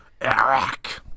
Eric